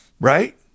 right